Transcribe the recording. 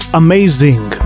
amazing